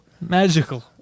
magical